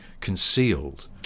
concealed